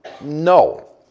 no